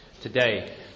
today